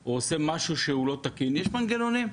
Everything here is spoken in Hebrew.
או עושה משהו לא תקין יש מנגנונים.